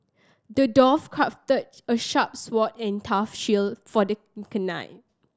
the dwarf crafted a sharp sword and tough shield for the knight